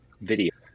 video